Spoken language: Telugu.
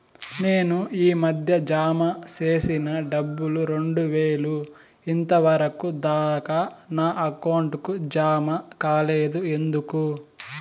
నేను ఈ మధ్య జామ సేసిన డబ్బులు రెండు వేలు ఇంతవరకు దాకా నా అకౌంట్ కు జామ కాలేదు ఎందుకు?